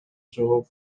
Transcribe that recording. жооп